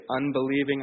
unbelieving